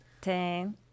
ten